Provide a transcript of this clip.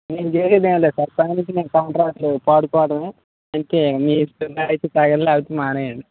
నేను చేసిందేం లేదు సార్ పైనుంచి మేము కాంట్రాక్టులు పాడుకోవడము అంతే మీకు ఇష్టమైతే తాగండి లేదంటే మానేయండి